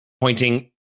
pointing